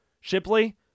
Shipley